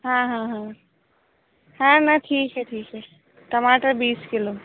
हाँ हाँ हाँ हाँ ना ठीक है ठीक है टमाटर बीस किलो